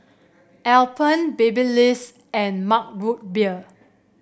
Alpen Babyliss and Mug Root Beer